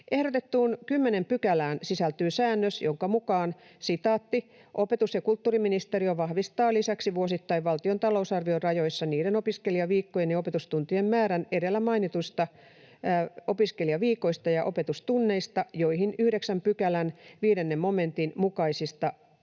ehdotettuun 10 §:ään sisältyy säännös, jonka mukaan ”Opetus‑ ja kulttuuriministeriö vahvistaa lisäksi vuosittain valtion talousarvion rajoissa niiden opiskelijaviikkojen ja opetustuntien määrän edellä mainituista opiskelijaviikoista ja opetustunneista, joihin 9 §:n 5 momentin mukaisesti myönnetään